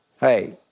Hey